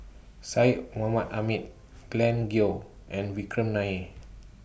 Syed Mohamed Ahmed Glen Goei and Vikram Nair